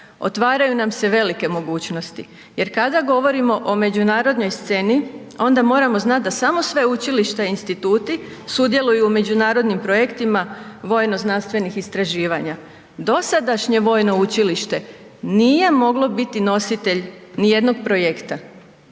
otvaraju nam se velike mogućnosti. Jer kada govorimo o međunarodnoj sceni onda moramo znati da samo sveučilišta instituti sudjeluju u međunarodnim projektima vojno znanstvenih istraživanja. Dosadašnje vojno učilište nije moglo biti nositelj ni jednog projekta.